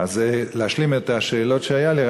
אז להשלים את השאלות שהיו לי,